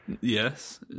Yes